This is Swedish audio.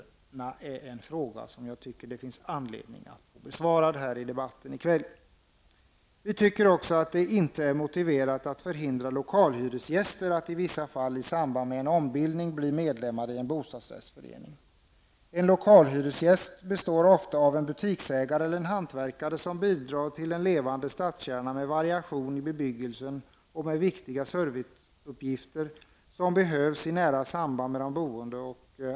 Det är en fråga som jag tycker att man har anledning att besvara i debatten här i kväll. Vi tycker inte heller att det är motiverat att förhindra lokalhyresgäster att i vissa fall i samband med en ombildning bli medlemmar i en bostadsrättsförening. En lokalhyresgäst är oftast en butiksägare eller hantverkare som bidrar till en levande stadskärna med variation i bebyggelsen och som tillhandahåller viktig serivce vilken behövs i nära anslutning till boende och arbeten.